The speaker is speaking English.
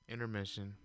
Intermission